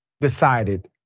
decided